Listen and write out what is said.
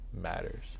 matters